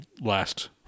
last